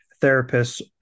therapists